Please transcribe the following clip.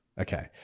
Okay